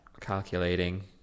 Calculating